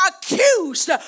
accused